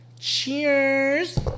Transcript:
cheers